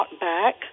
back